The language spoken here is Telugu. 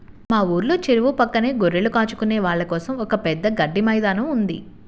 మా ఊర్లో చెరువు పక్కనే గొర్రెలు కాచుకునే వాళ్ళ కోసం ఒక పెద్ద గడ్డి మైదానం ఉంది